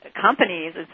companies